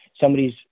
somebody's